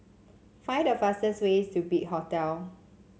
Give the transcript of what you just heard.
find the fastest way to Big Hotel